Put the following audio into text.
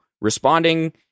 responding –